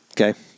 okay